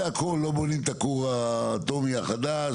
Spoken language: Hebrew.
לא בונים את הכור האטומי החדש,